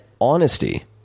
honesty